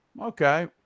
okay